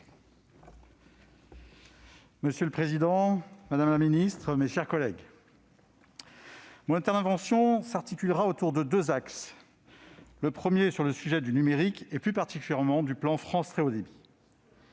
Monsieur le président, madame la ministre, mes chers collègues, mon intervention s'articulera autour de deux axes. Le premier concerne le numérique et, plus particulièrement, le plan France Très haut débit.